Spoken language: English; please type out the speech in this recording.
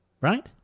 Right